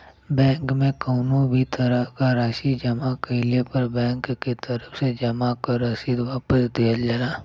bank में कउनो भी तरह क राशि जमा कइले पर बैंक के तरफ से जमा क रसीद वापस दिहल जाला